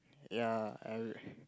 ya I'll